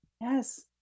Yes